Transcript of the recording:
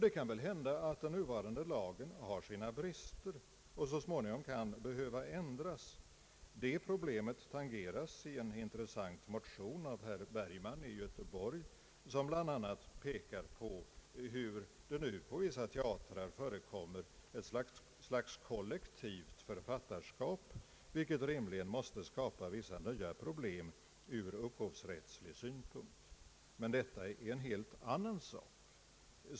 Det kan väl hända att den nuvarande lagen har sina brister och så småningom kan behöva ändras. Detta problem tangeras i en intressant motion av herr Bergman i Göteborg som bl.a. pekar på hur det nu på vissa teatrar förekommer ett slags kollektivt författarskap, vilket rimligen måste skapa vissa nya problem ur upphovsrättslig synpunkt. Men detta är en helt annan sak.